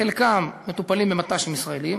חלקם מטופלים במט"שים ישראליים,